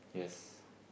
yes